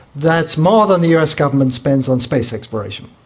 that's more than the us government spends on space exploration.